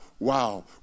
Wow